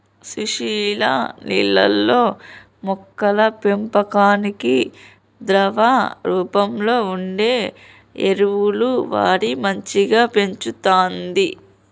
సుశీల నీళ్లల్లో మొక్కల పెంపకానికి ద్రవ రూపంలో వుండే ఎరువులు వాడి మంచిగ పెంచుతంది